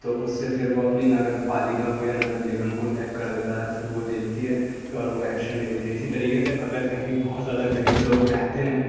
تو اس سے پھر وہ اپنی نگر پالیکا کو یا نگر نگم کو ٹیگ کر دیتا ہے پھر وہ دیکھتی ہے پھر اور وہ ایکشن لیتی ہے اسی طریقے سے اگر کہیں بہت زیادہ غریب لوگ رہتے ہیں